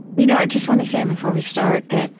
you know i just want to say before we start that